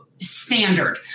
standard